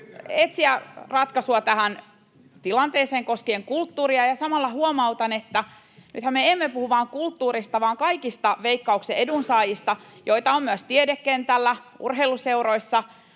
etsiä ratkaisua tähän tilanteeseen koskien kulttuuria. Samalla huomautan, että nythän me emme puhu vain kulttuurista vaan kaikista Veikkauksen edunsaajista, joita on myös tiedekentällä, urheiluseuroissa,